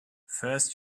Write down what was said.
first